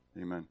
amen